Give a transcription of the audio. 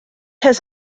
has